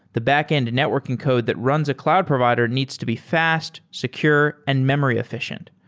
the backend networking code that runs a cloud provider needs to be fast, secure and memory effi cient.